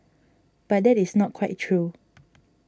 but that is not quite true